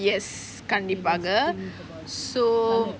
yes கண்டிப்பாக:kandipaaga so